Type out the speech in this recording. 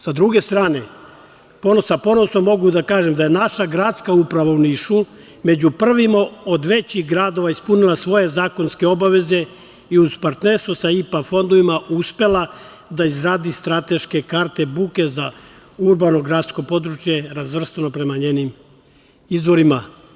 Sa druge strane, sa ponosom mogu da kažem da je naša gradska uprava u Nišu među prvima od većih gradova ispunila svoje zakonske obaveze i uz partnerstvo sa IPA fondovima uspela da izgradi strateške karte buke za urbano gradsko područje razvrstano prema njenim izvorima.